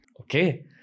Okay